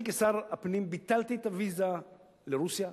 אני כשר הפנים ביטלתי את הוויזה לרוסיה,